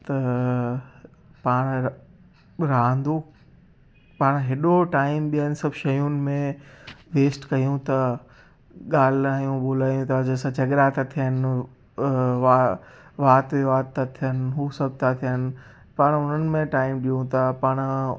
त पाणि रांदू पाणि हेॾो टाइम ॿियनि सभु शयुनि में वेस्ट कयूं था ॻाल्हायूं ॿोलायूं था जंहिं सां झॻिड़ा था थियनि वा वाद विवाद था थियनि हू सभु था थियनि पाणि उन्हनि में टाइम ॾियूं था पाणि